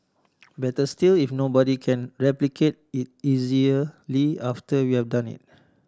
better still if nobody can replicate it after we have done it